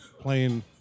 playing